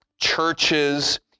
churches